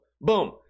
Boom